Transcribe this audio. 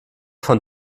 von